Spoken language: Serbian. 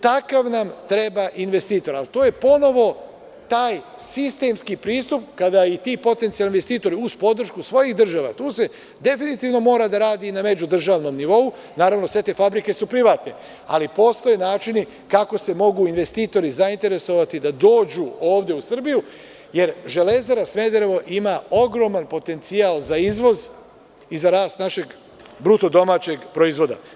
Takav nam treba investitor, ali to je ponovo taj sistemski pristup kada i ti potencijalni investitori uz podršku svojih država, jer tu se mora raditi i na međudržavnom nivou, jer sve te fabrike su privatne, ali postoje načini kako se mogu investitori zainteresovati da dođu ovde u Srbiju, jer „Železara“ Smederevo ima ogroman potencijal za izvoz i za rast našeg BDP.